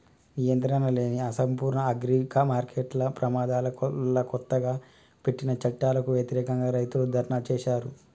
నియంత్రణలేని, అసంపూర్ణ అగ్రిమార్కెట్ల ప్రమాదాల వల్లకొత్తగా పెట్టిన చట్టాలకు వ్యతిరేకంగా, రైతులు ధర్నా చేశారు